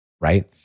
right